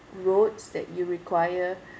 roads that you require